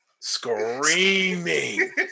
screaming